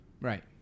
Right